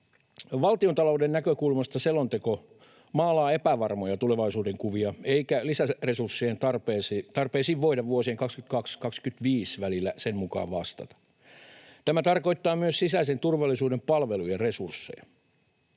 Valtiontalouden näkökulmasta selonteko maalaa epävarmoja tulevaisuudenkuvia, eikä lisäresurssien tarpeisiin voida vuosien 2022—2025 välillä sen mukaan vastata. Tämä tarkoittaa myös sisäisen turvallisuuden palveluja ja resursseja.